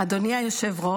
2023,